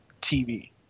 tv